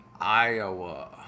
Iowa